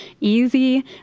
easy